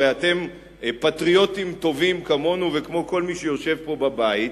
הרי אתם פטריוטים טובים כמונו וכמו כל מי שיושב פה בבית,